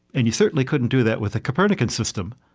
and you certainly couldn't do that with the copernican system,